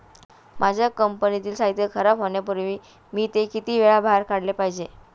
माझ्या कंपनीतील साहित्य खराब होण्यापूर्वी मी ते किती वेळा बाहेर काढले पाहिजे?